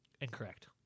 Incorrect